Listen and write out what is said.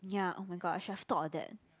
ya oh my god I should have thought of that